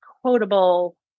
quotable